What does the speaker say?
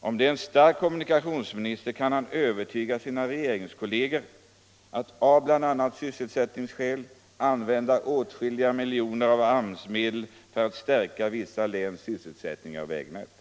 Om det är en stark kommunikationsminister kan han övertyga sina regeringskolleger att av bl.a. sysselsättningsskäl använda åtskilliga miljoner av AMS-medel för att stärka vissa läns sysselsättning och vägnät.